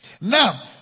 Now